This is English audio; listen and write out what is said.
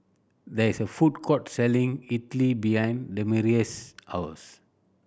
there is a food court selling Idili behind Demetrius' house